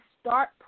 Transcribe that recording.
start